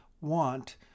want